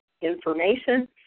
information